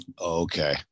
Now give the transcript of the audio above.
Okay